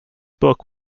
book